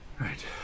right